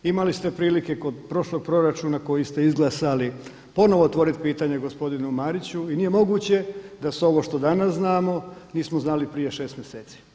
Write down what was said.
Imali ste prilike kod prošlog proračuna koji ste izglasali ponovno otvoriti pitanje gospodinu Mariću i nije moguće da sve ovo što danas znamo nismo znali prije 6 mjeseci.